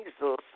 Jesus